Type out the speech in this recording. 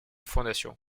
fondation